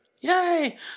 Yay